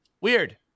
Weird